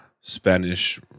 Spanish